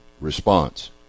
response